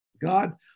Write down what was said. God